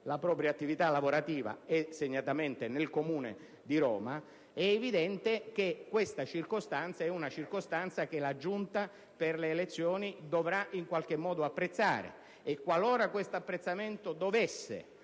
la propria attività lavorativa (segnatamente nel Comune di Roma) è evidente che questa è una circostanza che la Giunta delle elezioni dovrà in qualche modo apprezzare. Qualora questo apprezzamento fosse